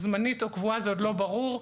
זמנית או קבועה - לא ברור,